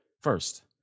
First